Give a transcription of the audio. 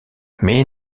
mais